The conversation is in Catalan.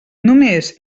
només